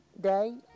Day